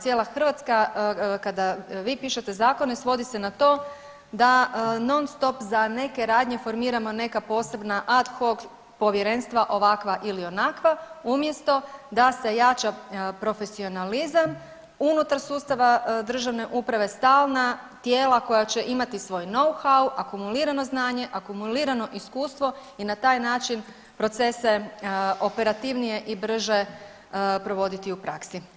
Cijela Hrvatska kada vi pišete zakone svodi se na to da non stop za neke radnje formiramo neka posebna ad hoc povjerenstva ovakva ili onakva umjesto da se jača profesionalizam unutar sustava državne uprave, stalna tijela koja će imati svoju nouhau, akumulirano znanje, akumulirano iskustvo i na taj način procese operativnije i brže provoditi u praksi.